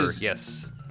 Yes